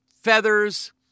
feathers